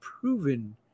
proven